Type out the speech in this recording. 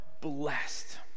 blessed